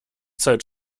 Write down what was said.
zeit